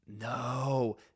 no